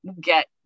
get